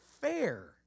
fair